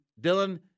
Dylan